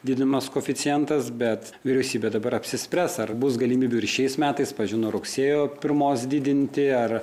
didinamas koeficientas bet vyriausybė dabar apsispręs ar bus galimybių ir šiais metais pavyzdžiui nuo rugsėjo pirmos didinti ar